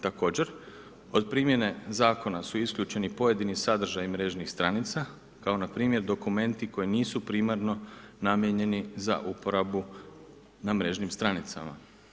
Također, od primjene zakona su isključeni pojedini sadržaji mrežnih stranica kao npr. dokumenti koji nisu primarno namijenjeni za uporabu na mrežnim stranicama.